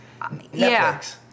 Netflix